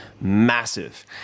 massive